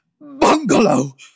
bungalow